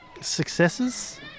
successes